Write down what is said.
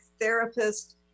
therapist